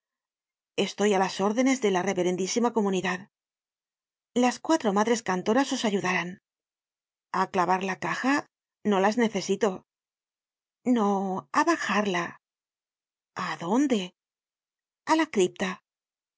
estoy á las órdenes de la reverendisima comunidad las cuatro madres cantoras os ayudarán a clavar la caja no las necesito no á bajarla a dónde a la cripta